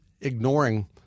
ignoring